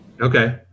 Okay